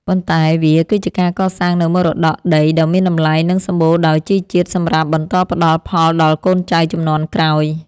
ប៉ុន្តែវាគឺជាការកសាងនូវមរតកដីដ៏មានតម្លៃ និងសម្បូរដោយជីជាតិសម្រាប់បន្តផ្ដល់ផលដល់កូនចៅជំនាន់ក្រោយ។